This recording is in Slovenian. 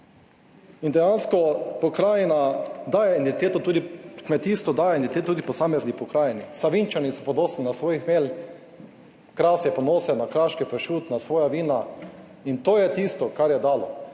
in dejansko pokrajina daje entiteto tudi kmetijstvu, daje entiteto tudi posamezni pokrajini. Savinjčani so ponosni na svoj hmelj, Kras je ponosen na kraški pršut, na svoja vina in to je tisto kar je dalo